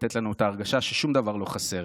לתת לנו את ההרגשה ששום דבר לא חסר.